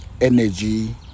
energy